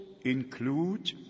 include